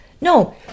No